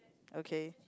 okay